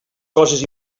coses